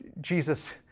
Jesus